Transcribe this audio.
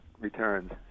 returns